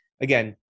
again